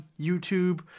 YouTube